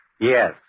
Yes